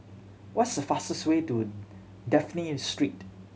what's the fastest way to Dafne Street